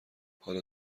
حالا